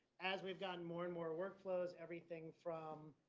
as we've gotten more and more workflows, everything from,